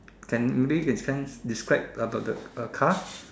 can maybe you can sense describe about the uh car